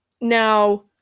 Now